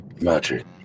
magic